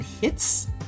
hits